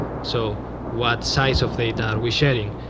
so what size of data we're sharing?